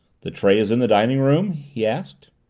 the tray is in the dining-room? he asked.